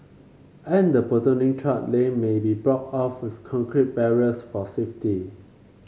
and the platooning truck lane may be blocked off with concrete barriers for safety